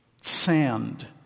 Sand